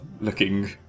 looking